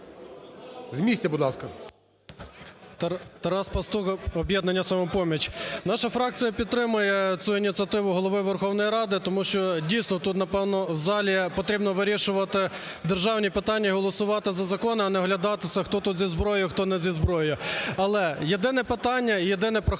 16:50:23 ПАСТУХ Т.Т. Тарас Пастух, "Об'єднання "Самопоміч". Наша фракція підтримує цю ініціативу Голови Верховної Ради. Тому що, дійсно, тут, напевно, в залі потрібно вирішувати державні питання і голосувати за закон, а не оглядатися, хто тут зі зброєю, хто не зі зброєю. Але єдине питання і єдине прохання